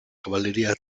cavalleria